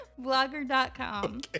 blogger.com